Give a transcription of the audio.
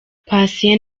patient